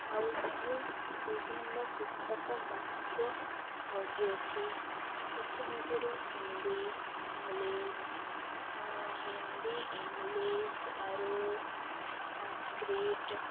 ଆଉ ମୁଁ ବିଭିନ୍ନ ପୁସ୍ତକ ମଧ୍ୟ ପଢ଼ିଅଛି ସେଥି ମଧ୍ୟରୁ ହିନ୍ଦୀ ଇଂଗ୍ଲିଶ୍ ହିନ୍ଦୀ ଇଂଲିଶ୍ ଆରୁ ସାଂସ୍କ୍ରିଟ୍